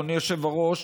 אדוני היושב-ראש,